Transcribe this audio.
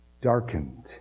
Darkened